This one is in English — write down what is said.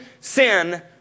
sin